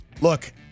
look